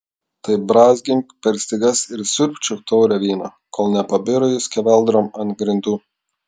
tai brązgink per stygas ir siurbčiok taurę vyno kol nepabiro ji skeveldrom ant grindų